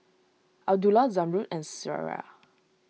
Abdullah Zamrud and Syirah